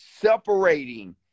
separating